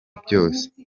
byose